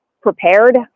prepared